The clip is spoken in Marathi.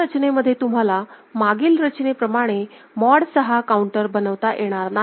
या रचनेमध्ये तुम्हाला मागील रचनेप्रमाणे मॉड 6 काउंटर बनवता येणार नाही